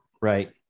Right